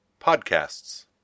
podcasts